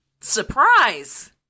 surprise